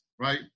right